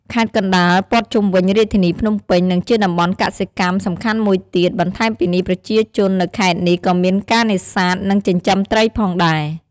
ខេត្តកណ្ដាល ព័ទ្ធជុំវិញរាជធានីភ្នំពេញ និងជាតំបន់កសិកម្មសំខាន់មួយទៀត បន្ថែមពីនេះប្រជាជននៅខេត្តនេះក៏មានការនេសាទ និងចិញ្ចឹមត្រីផងដែរ។